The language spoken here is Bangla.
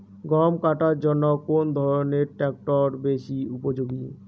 গম কাটার জন্য কোন ধরণের ট্রাক্টর বেশি উপযোগী?